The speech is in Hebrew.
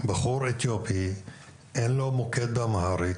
שבחור אתיופי אין לו מוקד באמהרית,